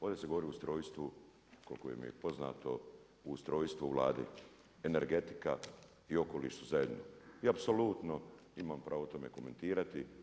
Ovdje se govori o ustrojstvu koliko mi je poznato ustrojstvo vlade, energetika i okoliš su zajedno i apsolutno imam pravo tome komentirati.